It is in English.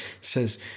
says